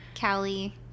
Callie